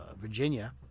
Virginia